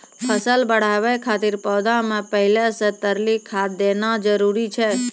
फसल बढ़ाबै खातिर पौधा मे पहिले से तरली खाद देना जरूरी छै?